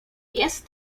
jest